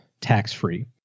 tax-free